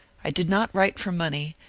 i did not write for money,